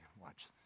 watch